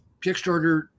kickstarter